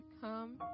come